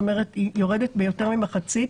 זאת אומרת, היא יורדת ביותר ממחצית